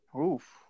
Oof